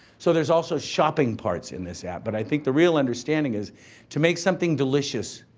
so, there's also shopping parts in this app, but i think the real understanding is to make something delicious,